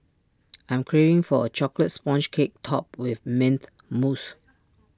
I am craving for A Chocolate Sponge Cake Topped with Mint Mousse